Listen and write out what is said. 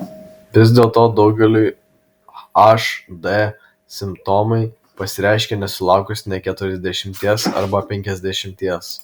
vis dėlto daugeliui hd simptomai pasireiškia nesulaukus nė keturiasdešimties arba penkiasdešimties